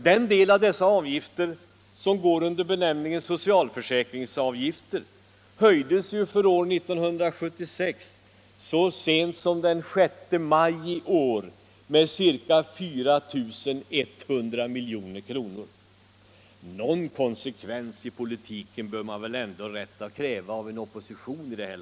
Den del av dessa avgifter som går under benämningen socialförsäkringsavgifter höjdes för år 1976 så sent som den 6 maj i år med ca 4 100 milj.kr. Någon konsekvens i politiken bör man ändå ha rätt att kräva av en opposition.